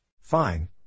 Fine